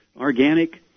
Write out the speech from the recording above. Organic